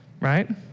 Right